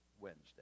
Wednesday